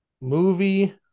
movie